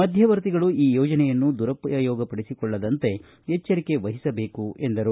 ಮಧ್ಯವರ್ತಿಗಳು ಈ ಯೋಜನೆಯನ್ನು ದುರುಪಯೋಗಪಡಿಸಿಕೊಳ್ಳದಂತೆ ಎಚ್ಚರಿಕೆ ವಹಿಸಬೇಕು ಎಂದರು